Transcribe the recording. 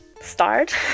start